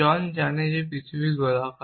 জন জানে যে পৃথিবী গোলাকার